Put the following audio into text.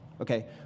okay